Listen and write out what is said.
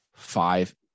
Five